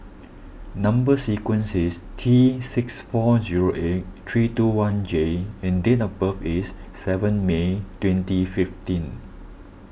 Number Sequence is T six four zero eight three two one J and date of birth is seven May twenty fifteen